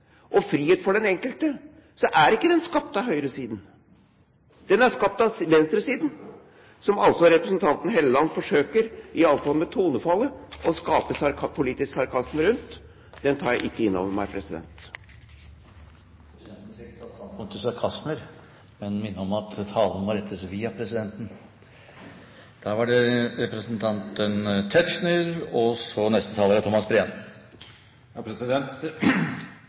og frihet for den enkelte, er ikke den skapt av høyresiden. Den er skapt av venstresiden, som altså representanten Hofstad Helleland forsøker – i alle fall med tonefallet – å skape politisk sarkasme rundt. Den tar jeg ikke inn over meg. Presidenten skal ikke ta standpunkt til sarkasmer, men vil minne om at talen må rettes via presidenten. Jeg håper ikke det